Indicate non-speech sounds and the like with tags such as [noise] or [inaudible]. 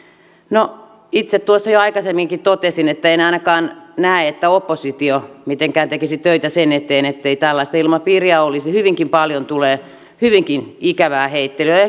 no itse tuossa jo aikaisemminkin totesin että en ainakaan näe että oppositio mitenkään tekisi töitä sen eteen ettei tällaista ilmapiiriä olisi hyvinkin paljon tulee hyvinkin ikävää heittelyä ja [unintelligible]